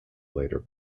later